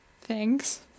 thanks